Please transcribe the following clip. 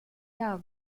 jahr